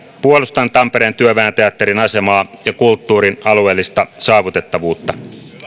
puolustan tampereen työväen teatterin asemaa ja kulttuurin alueellista saavutettavuutta